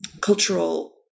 cultural